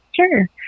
Sure